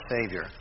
Savior